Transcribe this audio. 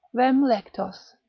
rem, lectos,